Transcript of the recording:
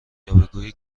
یاوهگویی